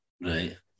right